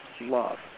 love